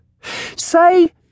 Say